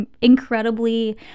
incredibly